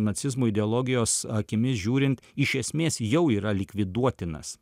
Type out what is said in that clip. nacizmo ideologijos akimis žiūrint iš esmės jau yra likviduotinas